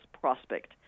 prospect